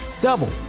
double